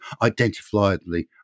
identifiably